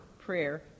prayer